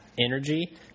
energy